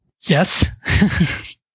Yes